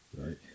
Right